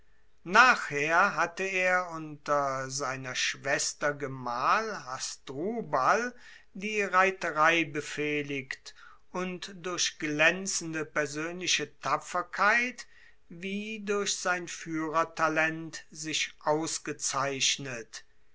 nachher hatte er unter seiner schwester gemahl hasdrubal die reiterei befehligt und durch glaenzende persoenliche tapferkeit wie durch sein fuehrertalent sich ausgezeichnet